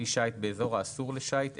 כלי שיט באזור האסור לשיט,